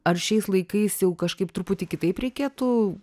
ar šiais laikais jau kažkaip truputį kitaip reikėtų